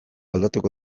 aldatuko